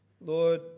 Lord